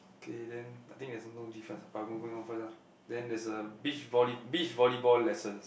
K then I think there's no difference but moving on first lah then there's a beach volley~ beach volleyball lessons